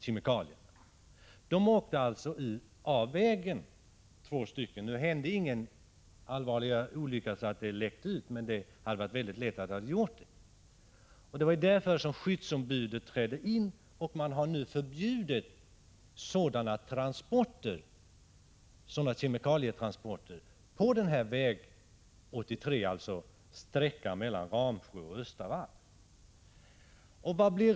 Nu hände ingen allvarligare olycka, eftersom natriumklorat inte läckte ut. Men det hade lätt kunnat inträffa, och det var därför som skyddsombudet ingrep. Man har nu förbjudit sådana kemikalietransporter på väg 83, sträckan mellan Ramsjö och Östavall.